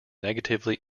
negatively